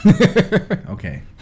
okay